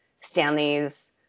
Stanley's